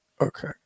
Okay